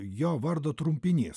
jo vardo trumpinys